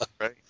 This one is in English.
Right